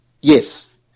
Yes